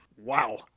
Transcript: Wow